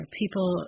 people